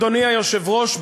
אדוני היושב-ראש,